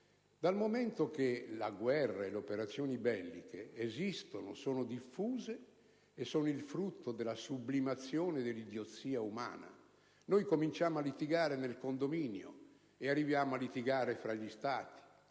dal momento che la guerra e le operazioni belliche esistono, sono diffuse e sono il frutto della sublimazione dell'idiozia umana. Noi cominciamo a litigare nel condominio ed arriviamo a litigare fra Stati.